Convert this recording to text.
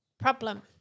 problem